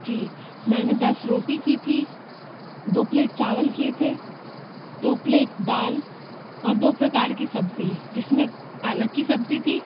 जी मैंने दस रोटी की थी दो प्लेट चावल किए थे दो प्लेट दाल और दो प्रकार की सब्ज़ी जिस में पालक की सब्ज़ी थी